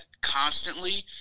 constantly